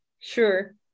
sure